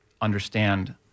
understand